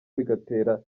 bigatera